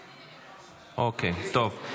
אוקיי, טוב.